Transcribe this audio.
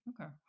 okay